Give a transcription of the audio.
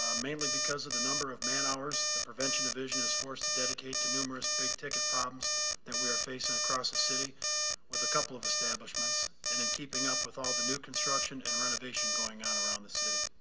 ah mainly because of the number of man hours. the prevention division is forced to dedicate to numerous big ticket problems that we are facing across the city with a couple of establishments and in keeping up with all the new construction and renovation going on around the city.